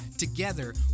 Together